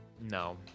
no